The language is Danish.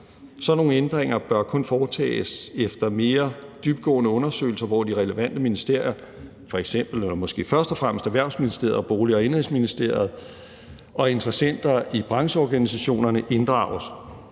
Sådan nogle ændringer bør kun foretages efter mere dybtgående undersøgelser, hvor de relevante ministerier, f.eks. eller måske først og fremmest Erhvervsministeriet og Bolig- og Indenrigsministeriet, og interessenter i brancheorganisationerne inddrages.